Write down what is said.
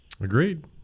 Agreed